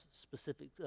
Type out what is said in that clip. specific